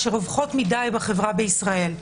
שרווחות מדי בחברה בישראל.